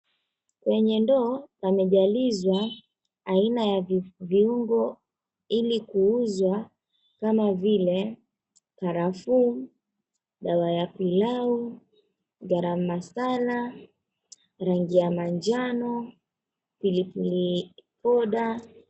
Kwenye ndoo pamejalizwa aina ya viungo ili kuuzwa kama vile karafuu, dawa ya pilau, garam masala, rangi ya manjano, pilipili poda.